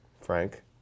Frank